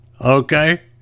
Okay